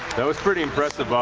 that was pretty impressive, boss.